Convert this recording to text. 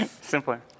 Simpler